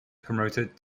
promoted